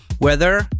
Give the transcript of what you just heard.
Weather